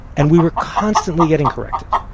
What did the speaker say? and we were constantly getting corrected.